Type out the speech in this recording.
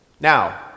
Now